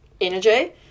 energy